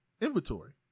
inventory